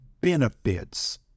benefits